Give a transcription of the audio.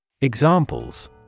Examples